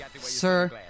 Sir